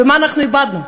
ומה אנחנו איבדנו?